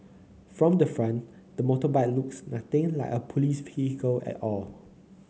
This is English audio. from the front the motorbike looks nothing like a police vehicle at all